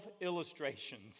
illustrations